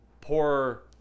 poor